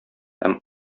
һәм